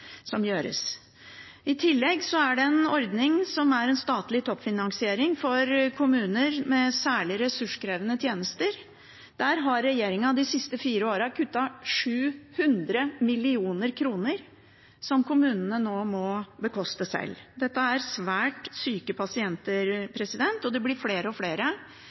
som gjøres. I tillegg er det en ordning med en statlig toppfinansiering for kommuner med særlig ressurskrevende tjenester. Der har regjeringen de siste fire årene kuttet 700 mill. kr. Dette må kommunene nå bekoste sjøl. Dette dreier seg om svært syke pasienter, og de blir flere og flere